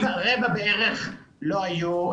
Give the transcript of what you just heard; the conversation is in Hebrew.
בערך רבע לא היו.